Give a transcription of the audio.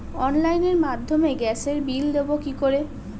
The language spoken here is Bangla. অনলাইনের মাধ্যমে গ্যাসের বিল দেবো কি করে?